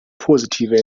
positive